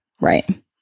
Right